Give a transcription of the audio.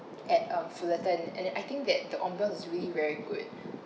at um fullerton and then I think that that one girl is really very good